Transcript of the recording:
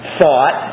thought